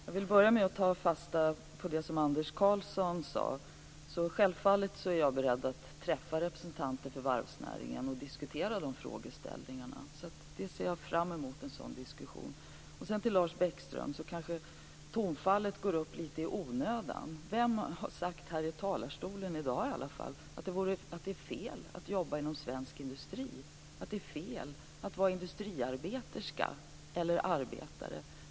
Fru talman! Jag vill börja med att ta fasta på det Anders Karlsson sade. Självfallet är jag beredd att träffa representanter för varvsnäringen och diskutera de här frågorna. Jag ser fram mot en sådan diskussion. Till Lars Bäckström: Kanske tonfallet går upp litet i onödan. Vem har sagt i talarstolen i dag att det är fel att jobba inom svensk industri, att det är fel att vara industriarbeterska eller industriarbetare?